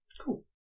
Cool